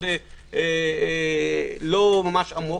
לא עמוק.